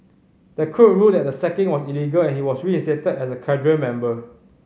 the court ruled that the sacking was illegal and he was reinstated as a cadre member